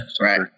Right